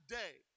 day